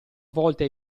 volte